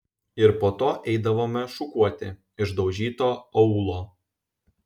ir po to eidavome šukuoti išdaužyto aūlo